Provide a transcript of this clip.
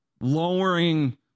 lowering